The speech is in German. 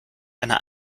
einer